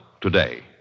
today